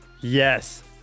Yes